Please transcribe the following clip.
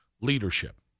leadership